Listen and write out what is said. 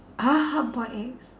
!huh! half boiled eggs